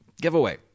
giveaway